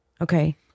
Okay